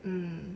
hmm